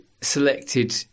selected